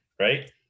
right